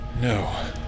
No